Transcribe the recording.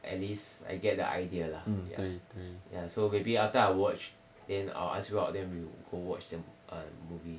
at least I get the idea lah ya so maybe after I watch then I'll ask you out then we will go watch the err movie